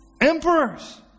Emperors